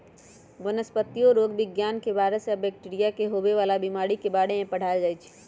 वनस्पतिरोग विज्ञान में वायरस आ बैकटीरिया से होवे वाला बीमारी के बारे में पढ़ाएल जाई छई